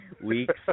weeks